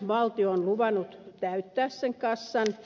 valtio on luvannut täyttää sen kassan